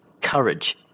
courage